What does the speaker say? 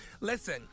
Listen